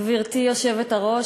גברתי היושבת-ראש,